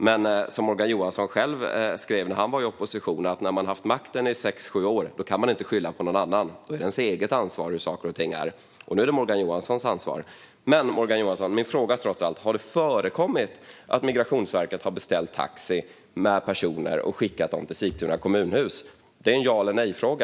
Men som Morgan Johansson själv skrev när han var i opposition: När man har haft makten i sex sju år kan man inte skylla på någon annan. Då är det ens eget ansvar hur saker och ting är. Nu är det Morgan Johanssons ansvar. Min fråga blir trots allt: Har det förekommit att Migrationsverket har beställt taxi och skickat personer till Sigtuna kommunhus? Det är en ja eller-nej-fråga.